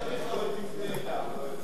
ולכן, אם אתה צריך, תפנה אליו, לא אלי.